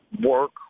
work